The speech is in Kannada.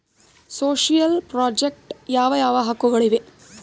ಸೋಶಿಯಲ್ ಪ್ರಾಜೆಕ್ಟ್ ಯಾವ ಯಾವ ಹಕ್ಕುಗಳು ಇವೆ?